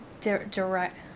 Direct